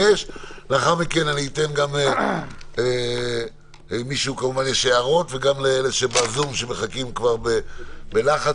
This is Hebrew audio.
לאחר מכן אם למישהו יש הערות וגם לאלה בזום שמחכים כבר בלחץ,